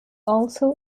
also